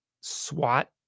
SWAT